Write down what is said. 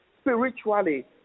spiritually